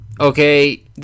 okay